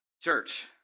church